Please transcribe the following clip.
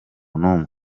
n’umwe